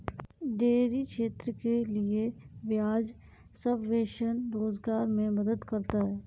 dairy क्षेत्र के लिये ब्याज सबवेंशन रोजगार मे मदद करता है